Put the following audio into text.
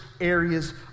areas